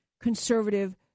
conservative